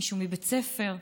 מישהו מבית הספר,